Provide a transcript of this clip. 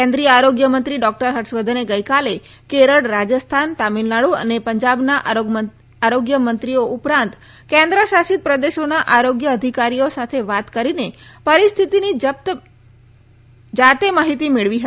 કેન્દ્રીય આરોગ્યમંત્રી ડોક્ટર હર્ષવર્ધને ગઇકાલે કેરળ રાજસ્થાન તમિલનાડુ અને પંજાબના આરોગ્યમંત્રીઓ ઉપરાંત કેન્દ્ર શાસિત પ્રદેશોના આરોગ્ય અધિકારીઓ સાથે વાત કરીને પરિસ્થિતિની જપ્ત માહિતી મેળવી તા